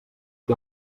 qui